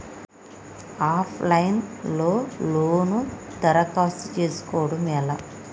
Of line లో loan దరఖాస్తు చేసుకోవడం ఎలా?